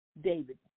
David